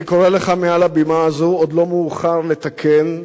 אני קורא לך מעל הבימה הזאת: עוד לא מאוחר לתקן.